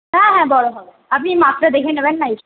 হ্যাঁ হ্যাঁ বড়ো হবে আপনি মাপটা দেখে নেবেন না এসে